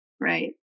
right